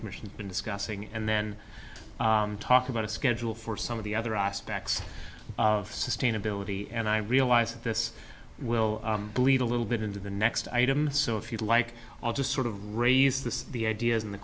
commission been discussing and then talk about a schedule for some of the other aspects of sustainability and i realize that this will bleed a little bit into the next item so if you'd like i'll just sort of raise this the ideas in the